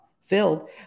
filled